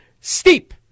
Steep